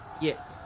Yes